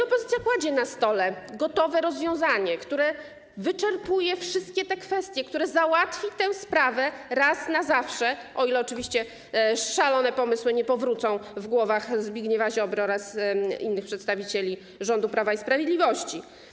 Opozycja kładzie na stole gotowe rozwiązanie, które wyczerpuje wszystkie te kwestie, które załatwi tę sprawę raz na zawsze, o ile oczywiście szalone pomysły nie powrócą w głowach i Zbigniewa Ziobry, i innych przedstawicieli rządu Prawa i Sprawiedliwości.